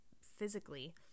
physically